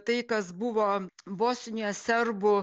tai kas buvo bosnijos serbų